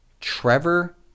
Trevor